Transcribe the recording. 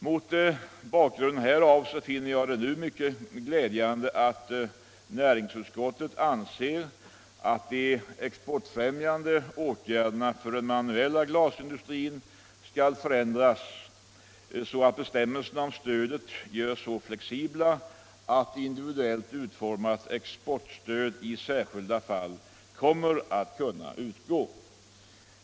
Mot bakgrund härav finner jag det vara mycket glädjande att näringsutskottet anser att de exportfrämjande åtgärderna för den manuella glasindustrin skall förändras så att bestämmelserna om stödet görs så flexibla att ett individuellt utformat exportstöd i särskilda fall kommer att utgå.